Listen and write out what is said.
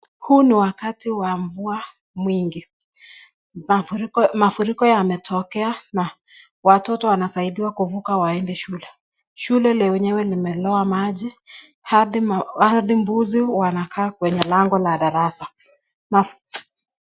Huu ni wakati wa mvua mwingi. Mafuriko yametokea na watoto wanasaidiwa kuvuka waende shule. Shule lenyewe limelowa maji hadi mbuzi wanakaa kwenye lango la darasa.